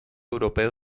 europeo